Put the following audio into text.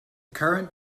current